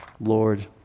Lord